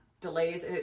delays